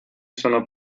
sono